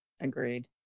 agreed